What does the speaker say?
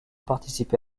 participé